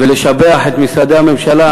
ולשבח את משרדי הממשלה,